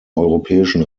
europäischen